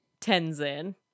Tenzin